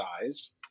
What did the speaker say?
size